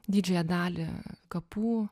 didžiąją dalį kapų